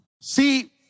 See